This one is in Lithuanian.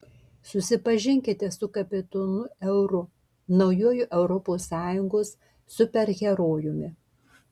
susipažinkite su kapitonu euru naujuoju europos sąjungos superherojumi